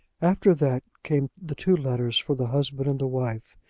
after that came the two letters for the husband and wife,